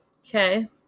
Okay